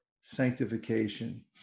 sanctification